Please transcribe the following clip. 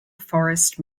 forest